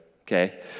okay